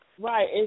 Right